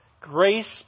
Grace